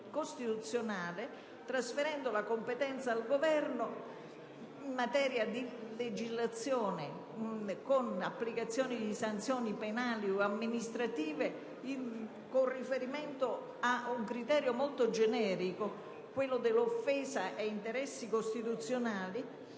costituzionale, trasferendo la competenza al Governo in materia di legislazione e con l'applicazione di sanzioni penali o amministrative con riferimento a un criterio molto generico, quello dell'offesa a interessi costituzionali,